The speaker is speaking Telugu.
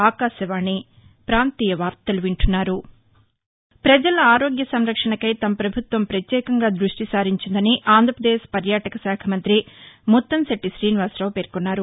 ఆంధ్రాప్రదేశ్లో ప్రజల ఆరోగ్య సంరక్షణకై తమ ప్రభుత్వం ప్రత్యేకంగా దృష్టి సారించిందని ఆంధ్రాప్రదేశ్ పర్యాటక శాఖ మంత్రి ముత్తంశెట్టి శ్రీనివాసరావు పేర్కొన్నారు